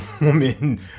woman